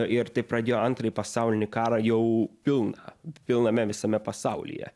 ir tai pradėjo antrąjį pasaulinį karą jau pilną pilname visame pasaulyje